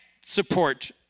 support